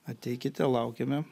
ateikite laukiame